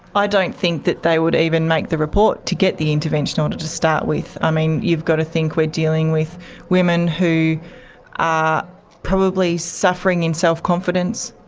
i don't think that they would even make the report to get the intervention order to to start with. i mean, you've got to think we're dealing with women who are probably suffering in self-confidence,